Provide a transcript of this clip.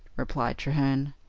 replied treherne.